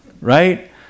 right